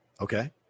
Okay